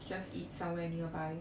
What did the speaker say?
just eat somewhere nearby